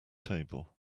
table